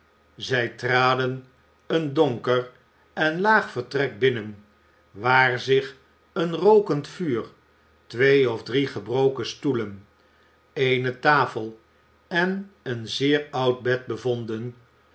zij traden een donker en laag vertrek binnen waar zich een rookend vuur twee of drie gebroken stoelen eene tafel en een zeer oud bed bevonden